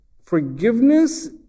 forgiveness